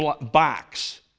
box